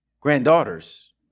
granddaughters